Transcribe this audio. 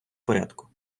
порядку